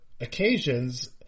occasions